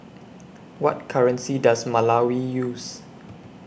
What currency Does Malawi use